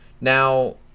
Now